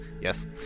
yes